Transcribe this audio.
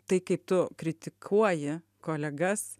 tai kai tu kritikuoji kolegas